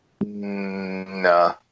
No